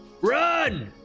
run